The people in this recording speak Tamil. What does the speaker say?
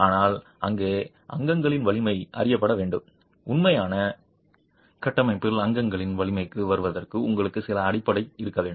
ஆனால் இங்கே அங்கங்களின் வலிமை அறியப்பட வேண்டும் உண்மையான கட்டமைப்பில் அங்கங்களின் வலிமைக்கு வருவதற்கு உங்களுக்கு சில அடிப்படை இருக்க வேண்டும்